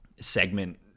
Segment